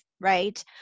right